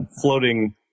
floating